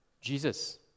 Jesus